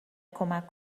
کمک